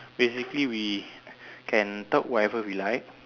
basically we can talk whatever we like